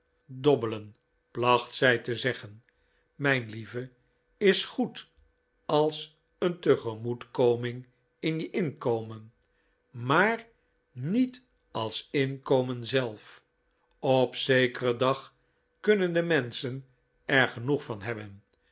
dobbelen placht zij te zeggen mijn lieve is goed als een tegemoetkoming in je inkomen maar niet als inkomen zelf op zekeren dag kunnen de menschen er genoeg van hebben